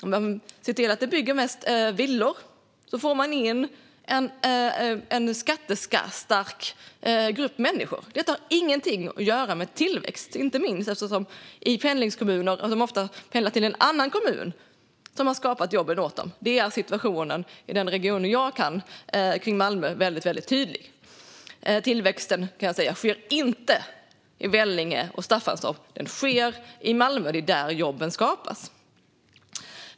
Om man ser till att det byggs mest villor får man in en skattestark grupp människor. Detta har ingenting att göra med tillväxt, och det gäller inte minst pendlingskommuner. Där pendlar man ofta till en annan kommun som har skapat jobben åt dem. Denna situation är väldigt tydlig i den region kring Malmö som jag kan. Tillväxten sker inte i Vellinge eller Staffanstorp, utan den sker i Malmö. Det är där jobben skapas.